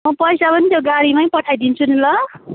म पैसा पनि त्यो गाडीमै पठाइदिन्छु नि ल